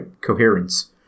coherence